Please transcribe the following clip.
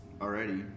already